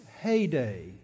heyday